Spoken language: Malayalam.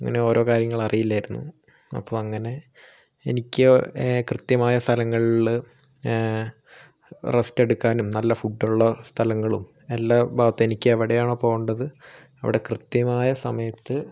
അങ്ങനെയോരോ കാര്യങ്ങളറിയില്ലായിരുന്നു അപ്പോൾ അങ്ങനെ എനിക്ക് കൃത്യമായ സ്ഥലങ്ങളില് റെസ്റ്റ് എടുക്കാനും നല്ല ഫുഡുള്ള സ്ഥലങ്ങളും എല്ലാ ഭാഗത്തും എനിക്ക് എവിടെയാണോ പോണ്ടത് അവിടെ കൃത്യമായ സമയത്ത്